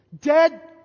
dead